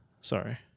Sorry